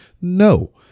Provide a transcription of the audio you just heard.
no